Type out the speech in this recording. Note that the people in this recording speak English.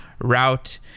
route